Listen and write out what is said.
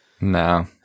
no